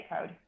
code